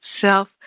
self